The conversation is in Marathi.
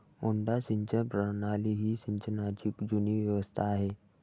मुड्डा सिंचन प्रणाली ही सिंचनाची जुनी व्यवस्था आहे